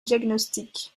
diagnostic